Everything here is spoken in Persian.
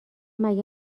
مگه